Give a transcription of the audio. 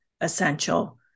essential